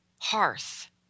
hearth